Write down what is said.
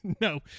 no